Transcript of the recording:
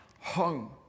home